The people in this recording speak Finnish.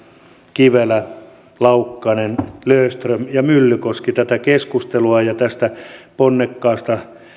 kivelä laukkanen löfström ja myllykoski tätä keskustelua ja tästä ponnekkaasta